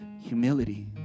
humility